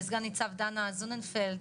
לסנ"צ דנה זוננפלד,